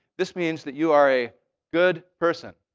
this means that you are a good person.